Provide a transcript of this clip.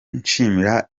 nshimira